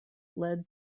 led